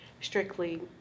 strictly